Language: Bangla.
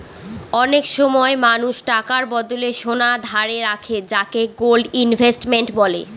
অনেক সময় মানুষ টাকার বদলে সোনা ধারে রাখে যাকে গোল্ড ইনভেস্টমেন্ট বলে